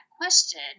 question